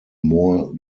more